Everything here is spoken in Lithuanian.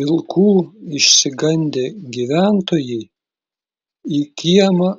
vilkų išsigandę gyventojai į kiemą